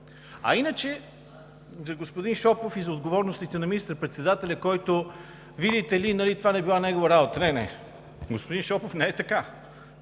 А иначе за господин Шопов и за отговорностите на министър-председателя, който, видите ли, това не било негова работа – не, не, господин Шопов, не е така.